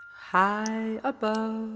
high above,